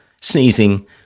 sneezing